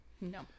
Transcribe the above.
No